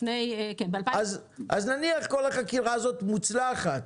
אז נניח כל החקירה הזאת מוצלחת.